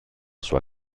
sua